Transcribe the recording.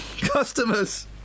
customers